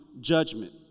judgment